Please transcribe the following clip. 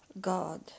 God